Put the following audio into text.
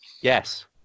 Yes